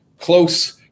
close